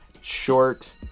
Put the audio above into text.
short